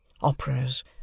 operas